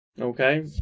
Okay